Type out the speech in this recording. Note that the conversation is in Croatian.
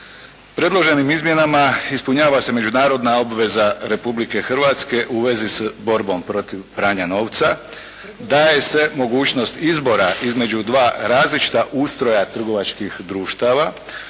Predloženim izmjenama ispunjava se međunarodna obveza Republike Hrvatske u vezi s borbom protiv pranja novca, daje se mogućnost izbora između dva različita ustroja trgovačkih društava,